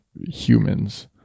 humans